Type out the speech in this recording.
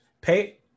pay